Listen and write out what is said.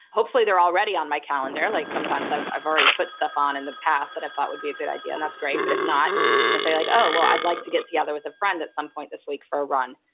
hopefully they're already on my calendar. like sometimes i've i've already put stuff on in the past that i thought would be a good idea and that's great. but if not, i'll say like, oh well i'd like to get together with a friend at some point this week for run.